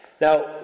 Now